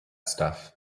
stuff